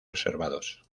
reservados